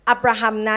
Abraham